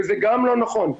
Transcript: וזה גם לא נכון,